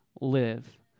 live